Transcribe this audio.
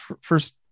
first